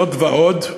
זאת ועוד,